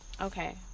okay